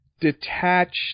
detached